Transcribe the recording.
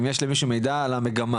אבל אם יש למישהו מידע על המגמה.